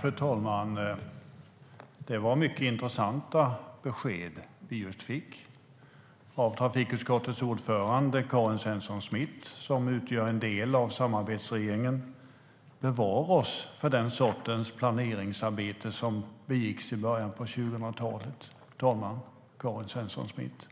Fru talman! Det var mycket intressanta besked vi just fick av trafikutskottets ordförande Karin Svensson Smith, som utgör en del av samarbetsregeringen. Bevare oss för den sortens planeringsarbete som begicks i början av 2000-talet, Karin Svensson Smith.